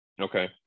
Okay